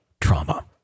trauma